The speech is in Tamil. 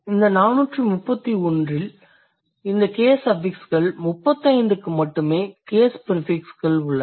இந்த 431 இல் இந்த கேஸ் அஃபிக்ஸ்கள் 35க்கு மட்டுமே கேஸ் ப்ரிஃபிக்ஸ் உள்ளன